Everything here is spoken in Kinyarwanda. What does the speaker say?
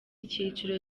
icyiciro